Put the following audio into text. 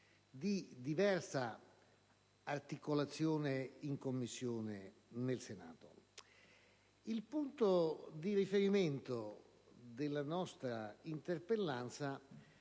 di diversa articolazione in Commissione nel Senato. Il punto di riferimento della nostra interpellanza